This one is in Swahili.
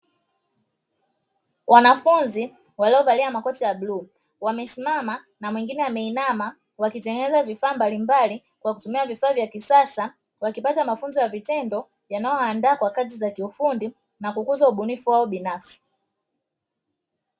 Wanafunzi waliovalia makoti ya bluu wamesimama na mwingine ameinama, wakitengeneza vifaa mbalimbali kwa kutumia vifaa vya kisasa wakipata mafunzo ya vitendo, yanayowaandaa kwa kazi za kiufundi na kukuza ubunifu wao binafsi.